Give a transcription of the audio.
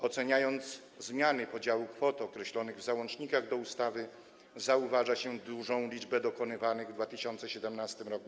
Oceniając zmiany podziału kwot określonych w załącznikach do ustawy, zauważa się dużą liczbę zmian dokonywanych w 2017 r.